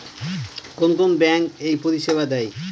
কোন কোন ব্যাঙ্ক এই পরিষেবা দেয়?